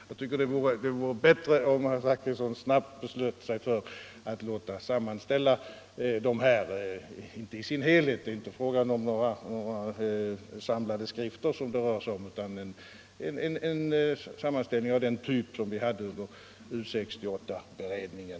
Jag tycker det vore bättre att herr Zachrisson snabbt beslöt sig för att låta sammanställa yttrandena i deras helhet — det rör sig ju inte om några samlade skrifter, utan bara om en sammanställning av samma typ som yttrandena över U 68-beredningen.